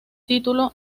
título